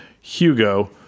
Hugo